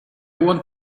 want